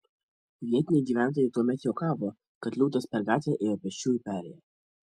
vietiniai gyventojai tuomet juokavo kad liūtas per gatvę ėjo pėsčiųjų perėja